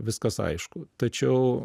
viskas aišku tačiau